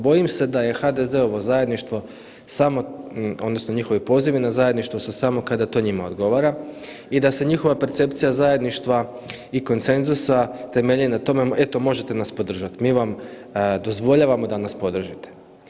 Bojim se da je HDZ-ovo zajedništvo samo, odnosno njihovi pozivi na zajedništvo su samo kada to njima odgovara i da se njihova percepcija zajedništva i konsenzusa temelji na tome "eto možete nas podržati, mi vam dozvoljavamo da nas podržite"